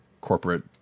corporate